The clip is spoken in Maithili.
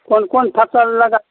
कोन कोन फसल लगा